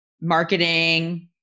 marketing